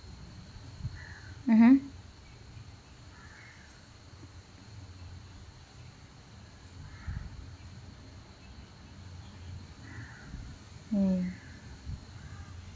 mmhmm mm